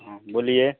हाँ बोलिए